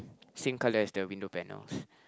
same color as the window panel